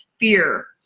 Fear